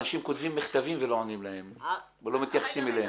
אנשים כתבים מכתבים ולא עונים להם ולא מתייחסים אליהם.